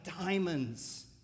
diamonds